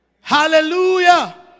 Hallelujah